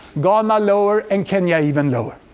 ghana lower. and kenya even lower.